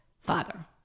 father